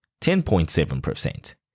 10.7%